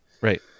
Right